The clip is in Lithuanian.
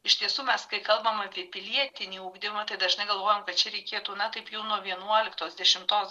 iš tiesų mes kai kalbam apie pilietinį ugdymą tai dažnai galvojam kad čia reikėtų na taip jau nuo vienuoliktos dešimtos